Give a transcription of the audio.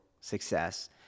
success